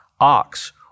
ox